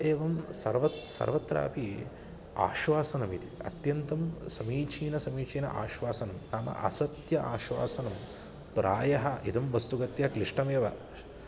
एवं सर्वत्र सर्वत्रापि आश्वासनमिति अत्यन्तं समीचीनं समीचीनम् आश्वासनं नाम असत्यम् आश्वासनं प्रायः इदं वस्तुतः क्लिष्टमेव